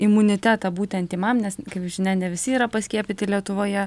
imunitetą būtent tymam nes kaip žinia ne visi yra paskiepyti lietuvoje